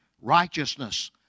Righteousness